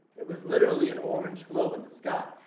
it was literally an orange glow in the sky.